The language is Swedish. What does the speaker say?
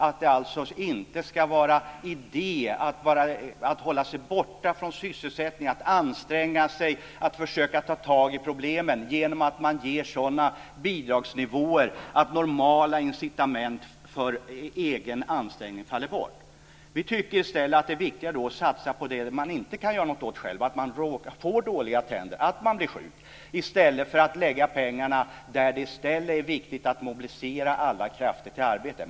Det ska alltså inte vara idé att hålla sig borta från sysselsättning, att inte anstränga sig och försöka ta tag i problemen, genom att vi ger sådana bidragsnivåer att normala incitament för egen ansträngning faller bort. Vi tycker att det är viktigare att satsa på det som man inte kan göra något åt själv - att man råkar få dåliga tänder, att man blir sjuk - i stället för att lägga pengarna där det är viktigt att mobilisera alla krafter till arbete.